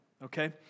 okay